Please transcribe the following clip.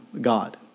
God